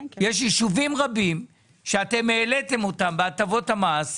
יש יישובים רבים שאתם העליתם אותם בהטבות המס,